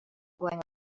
going